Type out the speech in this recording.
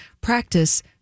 Practice